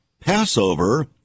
Passover